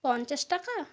পঞ্চাশ টাকা